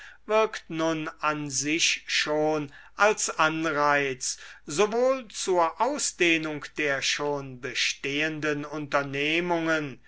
wirkt nun an sich schon als anreiz sowohl zur ausdehnung der schon bestehenden unternehmungen